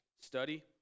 study